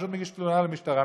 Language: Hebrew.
פשוט מגיש תלונה למשטרה,